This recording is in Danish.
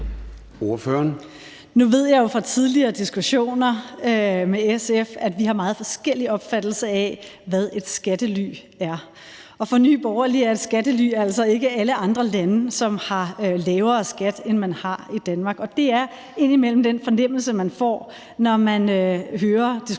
Nu ved jeg jo fra tidligere diskussioner med SF, at vi har meget forskellige opfattelser af, hvad et skattely er. Og for Nye Borgerlige er et skattely altså ikke alle andre lande, som har lavere skat, end man har i Danmark. Det er indimellem den fornemmelse, man får, når man hører diskussionen,